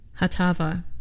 Hatava